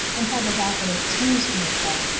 and have as often excused to myself,